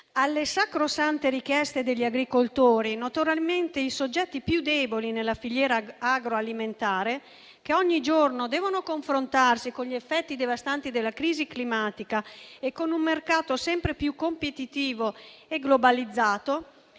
Alle sacrosante richieste degli agricoltori, notoriamente i soggetti più deboli nella filiera agroalimentare, che ogni giorno devono confrontarsi con gli effetti devastanti della crisi climatica e con un mercato sempre più competitivo e globalizzato,